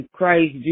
Christ